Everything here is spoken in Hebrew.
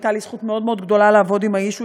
הייתה לי זכות מאוד מאוד גדולה לעבוד עם האיש.